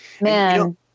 man